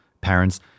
parents